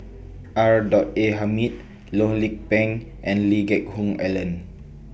R A Hamid Loh Lik Peng and Lee Geck Hoon Ellen